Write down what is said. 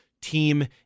team